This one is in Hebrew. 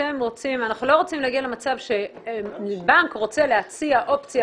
אנחנו לא רוצים להגיע למצב שבנק רוצה להציע אופציה